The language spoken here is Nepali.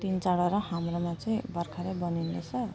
तिन चारवटा हाम्रोमा चाहिँ भर्खरै बनिँदै छ